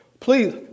Please